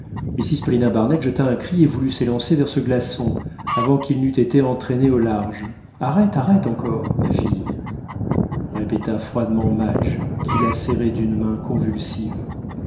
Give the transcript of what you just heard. mrs paulina barnett jeta un cri et voulut s'élancer vers ce glaçon avant qu'il n'eût été entraîné au large arrête arrête encore ma fille répéta froidement madge qui la serrait d'une main convulsive